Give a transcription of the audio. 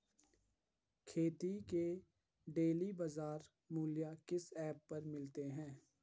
खेती के डेली बाज़ार मूल्य किस ऐप पर मिलते हैं?